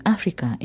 Africa